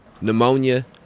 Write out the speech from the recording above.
pneumonia